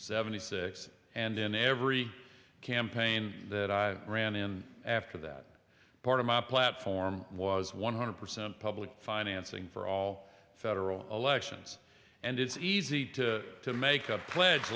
seventy six and in every campaign that i ran in after that part of my platform was one hundred percent public financing for all federal elections and it's easy to make a pledge